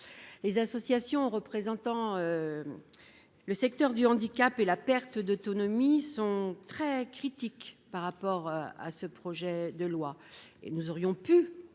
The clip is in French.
les associations représentant le secteur du handicap et de la perte d'autonomie sont très critiques par rapport à ce projet de loi.